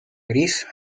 gris